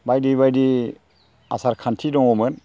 बायदि बायदि आसार खान्थि दङमोन